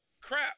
Crap